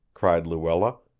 cried luella.